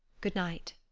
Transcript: good-night.